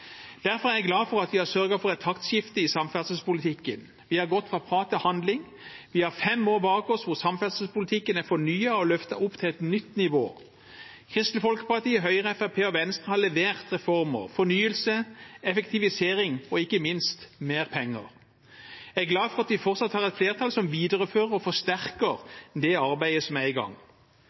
Derfor er jeg glad for at vi har sørget for et taktskifte i samferdselspolitikken. Vi har gått fra prat til handling. Vi har fem år bak oss der samferdselspolitikken er fornyet og løftet opp til et nytt nivå. Kristelig Folkeparti, Høyre, Fremskrittspartiet og Venstre har levert reformer, fornyelse, effektivisering og ikke minst mer penger. Jeg er glad for at vi fortsatt har et flertall som viderefører og forsterker det arbeidet som er i gang.